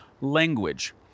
language